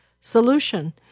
solution